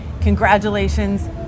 congratulations